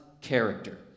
character